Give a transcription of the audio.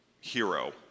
hero